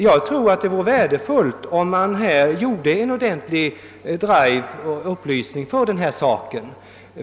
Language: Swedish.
Jag tror att det vore värdefullt om det gjordes en ordentlig drive med upplysningar i denna sak.